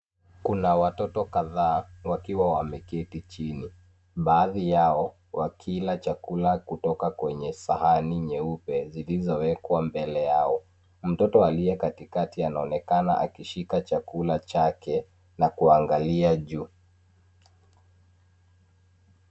Kuna watoto kadhaa wakiwa wameketi chini. Baadhi yao wakila chakula kutoka kwenye sahani nyeupe zilizowekwa mbele yao. Mtoto aliye katikati anaonekana akishika chakula chake na kuangalia juu.